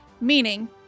meaning